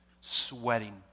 sweating